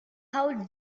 how